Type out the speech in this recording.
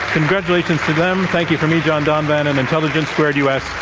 congratulations to them. thank you from me, john donvan, and intelligence squared u. s.